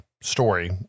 story